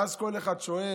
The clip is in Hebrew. ואז כל אחד שואל: